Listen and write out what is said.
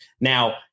Now